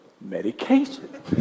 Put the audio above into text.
medication